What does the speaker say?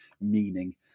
meaning